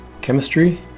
chemistry